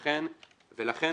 לכן